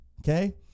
Okay